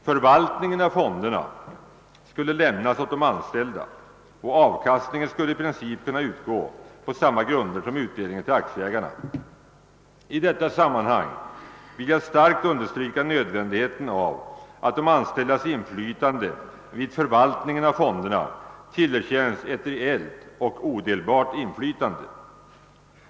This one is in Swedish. Förvaltningen av fonderna skulle lämnas åt de anställda, och avkastningen skulle i princip kunna utgå på samma grunder som utdelningen till aktieägarna. I detta sammanhang vill jag starkt understryka nödvändigheten av att de anställda vid förvaltningen av fonderna tillerkännes ett reellt och odelbart inflytande.